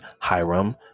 Hiram